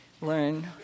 learn